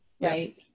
right